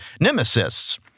Nemesis